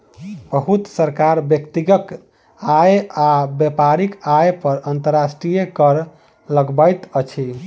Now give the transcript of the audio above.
बहुत सरकार व्यक्तिगत आय आ व्यापारिक आय पर अंतर्राष्ट्रीय कर लगबैत अछि